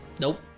Nope